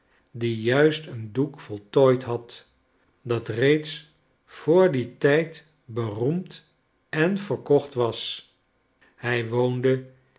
die juist een doek voltooid had dat reeds vr dien tijd beroemd en verkocht was hij woonde